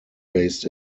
based